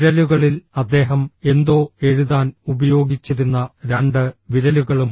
വിരലുകളിൽ അദ്ദേഹം എന്തോ എഴുതാൻ ഉപയോഗിച്ചിരുന്ന രണ്ട് വിരലുകളും